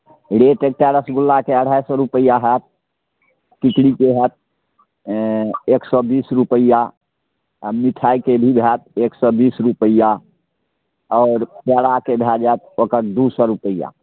rate एक टा रसगुल्लाके अढ़ाइ सए रुपैआ हएत टिकड़ीके हएत एक सए बीस रुपैआ आ मिठाइके के जी हएत एक सए बीस रुपैआ आओर पेड़ाके भए जायत ओकर दू सए रुपैआ